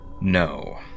No